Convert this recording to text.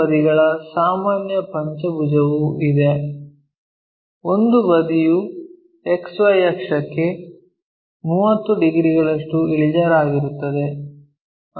ಬದಿಗಳ ಸಾಮಾನ್ಯ ಪಂಚಭುಜವು ಇದೆ ಒಂದು ಬದಿಯು XY ಅಕ್ಷಕ್ಕೆ 30 ಡಿಗ್ರಿಗಳಷ್ಟು ಇಳಿಜಾರಾಗಿರುತ್ತದೆ